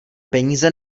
peníze